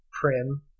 prim